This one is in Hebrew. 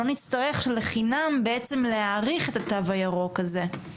שלא נצטרך לחינם בעצם להאריך את התו הירוק הזה.